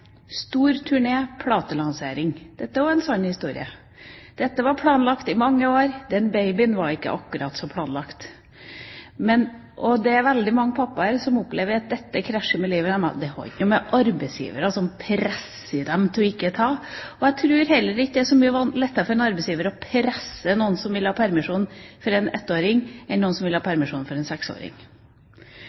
stor turné med platelansering. Dette er også en sann historie. Dette var planlagt i mange år, den babyen var ikke akkurat så planlagt. Det er veldig mange fedre som opplever at dette krasjer med livet deres. Det har ikke noe å gjøre med arbeidsgivere som presser dem til ikke å ta ut permisjon. Jeg tror det heller ikke er så mye lettere for en arbeidsgiver å presse noen som vil har permisjon for en ettåring, enn noen som vil ha permisjon for en seksåring.